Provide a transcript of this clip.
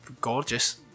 gorgeous